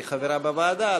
היא חברה בוועדה,